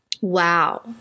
wow